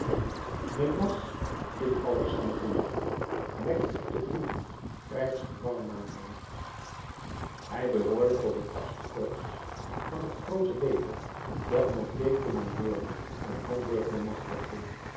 melas in alexandrië mack te ulm krijgsgevangen maken hij behoorde tot het achtste corps van het groote leger dat mortier kommandeerde en hamburg bemachtigde